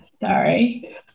sorry